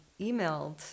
emailed